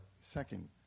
second